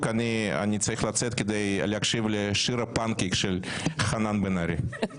אני צריך לצאת כדי להקשיב לשיר הפנקייק של חנן בן ארי.